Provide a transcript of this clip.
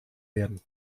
werden